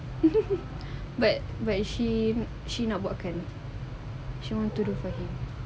but but she she not work kan she want to look for him